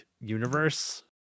universe